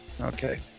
okay